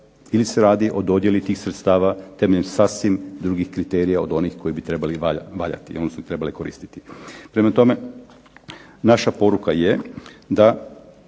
ili se radi o dodjeli tih sredstava temeljem sasvim drugih kriterija od onih koji bi trebali valjati, one su ih trebale koristiti. Prema tome, naša poruka je da